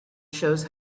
shows